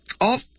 off